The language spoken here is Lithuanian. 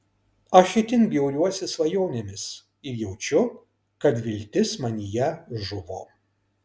aš itin bjauriuosi svajonėmis ir jaučiu kad viltis manyje žuvo